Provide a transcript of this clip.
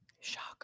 Shocker